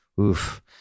Oof